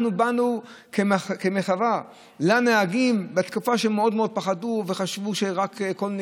אנחנו באנו במחווה לנהגים בתקופה שהם מאוד מאוד פחדו,